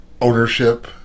ownership